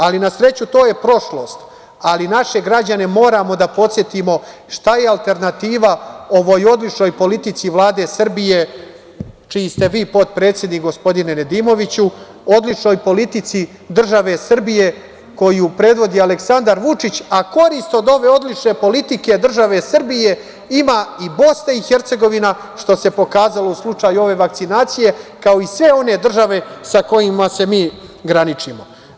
Na sreću, to je prošlost, ali naše građane moramo da podsetimo šta je alternativa ovoj odličnoj politici Vlade Srbije, čiji ste vi potpredsednik gospodine Nedimoviću, odličnoj politici države Srbije koju predvodi Aleksandar Vučić, a korist od ove odlične politike države Srbije ima i BiH, što se pokazalo u slučaju ove vakcinacije, kao i sve one države sa kojima se mi graničimo.